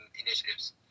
initiatives